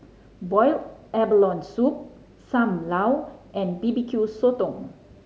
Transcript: boiled abalone soup Sam Lau and B B Q Sotong